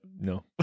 no